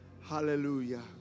hallelujah